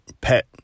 pet